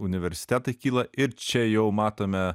universitetai kyla ir čia jau matome